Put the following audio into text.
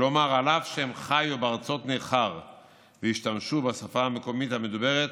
כלומר אף שהם חיו בארצות נכר והשתמשו בשפה המקומית המדוברת,